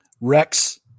Rex